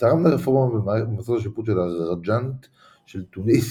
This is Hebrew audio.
ותרם לרפורמה במוסדות השיפוט של הרג'נט של תוניס